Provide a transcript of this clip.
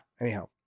Anyhow